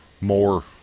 more